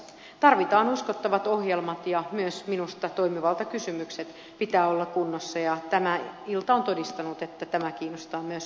tarvitaan uskottavat ohjelmat ja myös minusta toimivaltakysymysten pitää olla kunnossa ja tämä ilta on todistanut että tämä kiinnostaa myös eduskuntaa